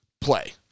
play